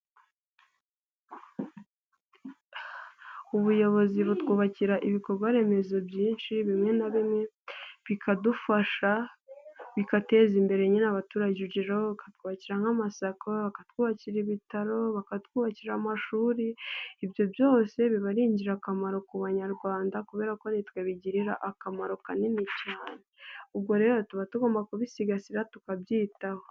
ubuyobozi butwubakira ibikorwa remezo byinshi, bimwe na bimwe, bikadufasha bikateza imbere nyine abaturage, urugero bakatwubakira nk'amasoko, bakatwubakira ibitaro, bakatwubakira amashuri, ibyo byose biba ari ingirakamaro ku banyarwanda kubera ko ari twe bigirira akamaro kanini cyane, ubwo rero tuba tugomba kubisigasira tukabyitaho.